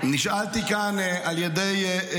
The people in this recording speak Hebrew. --- שאתה עונה על שאילתה.